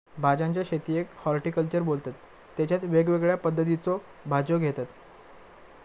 भाज्यांच्या शेतीयेक हॉर्टिकल्चर बोलतत तेच्यात वेगवेगळ्या पद्धतीच्यो भाज्यो घेतत